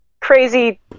crazy